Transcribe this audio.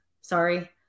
Sorry